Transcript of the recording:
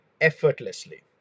effortlessly